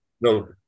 no